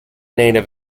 native